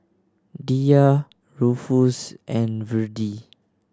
Diya Rufus and Virdie